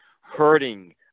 hurting